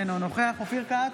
אינו נוכח אופיר כץ,